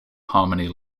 harmony